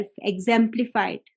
exemplified